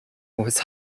was